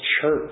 church